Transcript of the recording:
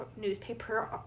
newspaper